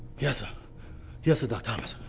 yessir yessir, doc' thomas.